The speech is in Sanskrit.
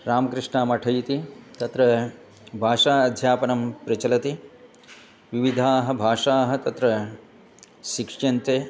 रामकृष्णमठः इति तत्र भाषा अध्यापनं प्रचलति विविधाः भाषाः तत्र शिक्ष्यन्ते